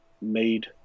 made –